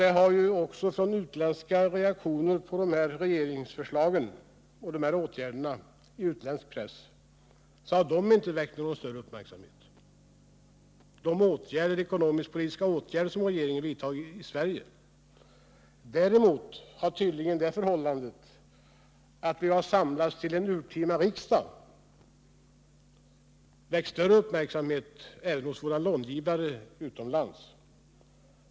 De utländska reaktionerna på de av regeringen föreslagna ekonomisk-politiska åtgärderna har, helt följdriktigt, i utländsk press inte väckt någon större uppmärksamhet. Däremot har tydligen det förhållandet att riksdagen har samlats till ett urtima möte för att diskutera landets ekonomi väckt desto större uppmärksamhet i omvärlden och även hos våra utländska långivare.